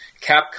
Capcom